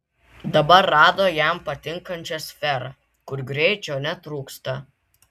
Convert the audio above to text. dabar rado jam patinkančią sferą kur greičio netrūksta